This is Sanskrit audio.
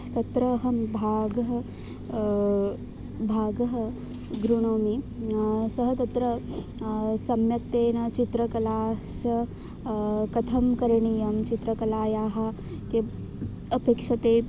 तत्र अहं भागः भागः गृह्णामि सः तत्र सम्यक्तेन चित्रकला स्स कथं करणीयं चित्रकलायाः किम् अपेक्षते